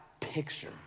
picture